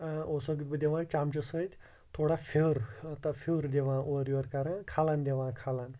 ٲں اوسَکھ بہٕ دِوان چمچہٕ سۭتۍ تھوڑا پھِیُرمطلب پھِیُر دِوان اورٕ یورٕ کَران کَھلَن دِوان کَھلَن